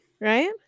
Right